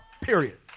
Period